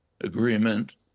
agreement